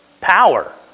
power